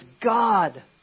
God